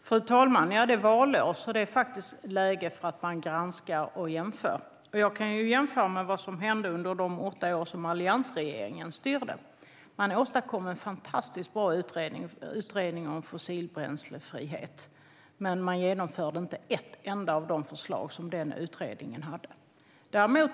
Fru talman! Det är valår, så det är läge för att man granskar och jämför. Jag kan jämföra med vad som hände under de åtta år då alliansregeringen styrde. Man åstadkom då en fantastiskt bra utredning om fossilbränslefrihet, men man genomförde inte ett enda av de förslag som den utredningen hade.